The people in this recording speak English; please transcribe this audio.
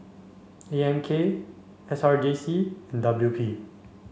A M K S R J C and W P